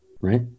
right